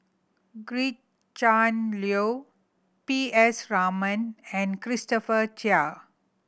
Gretchen Liu P S Raman and Christopher Chia